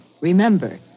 Remember